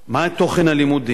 מה עם תוכן הלימודים?